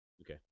Okay